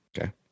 Okay